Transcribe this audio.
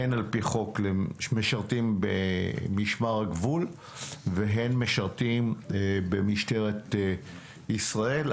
הן לפי חוק משרתים במשמר הגבול והן משרתים במשטרת ישראל.